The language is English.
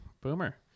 Boomer